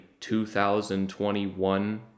2021